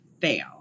fail